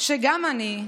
שגם אני,